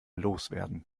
loswerden